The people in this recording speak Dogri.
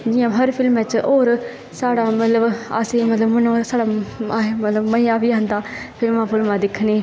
जियां हर फिल्में च होर साढ़ा मतलब अस मतलब असें ई म तलब मज़ा बी आंदा फिल्मां दिक्खनै ई